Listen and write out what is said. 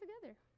together